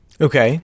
okay